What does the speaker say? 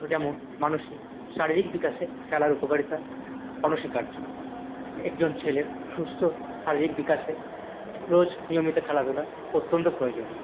যেমন মানুষের শারীরিক বিকাশে খেলার উপকারিতা অনস্বীকার্য একজন ছেলের সুস্থ শারীরিক বিকাশে রোজ নিয়মিত খেলাধূলা অত্যন্ত প্রয়োজনীয়